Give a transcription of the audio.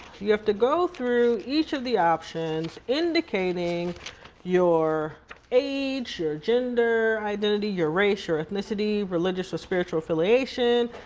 you have to go through each of the options indicating your age, your gender identity, your race, your ethnicity, religious or spiritual afflation,